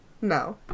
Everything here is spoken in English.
No